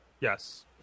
Yes